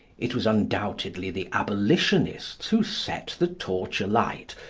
it was, undoubtedly, the abolitionists who set the torch alight,